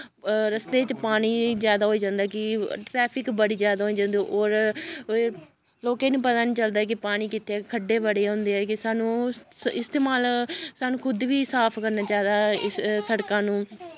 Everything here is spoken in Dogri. रस्ते च पानी जैदा होई जंदा कि ट्रैफिक बड़ी जैदा होई जंदी होर लोकें निं पता निं चलदा कि पानी कुतै खड्डे बड़े होंदे ऐ कि सानूं इस्तेमाल सानूं खुद बी साफ करना चाहिदी इस सड़कां नूं